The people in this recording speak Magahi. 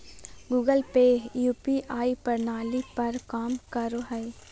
गूगल पे यू.पी.आई प्रणाली पर काम करो हय